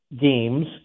games